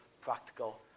practical